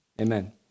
amen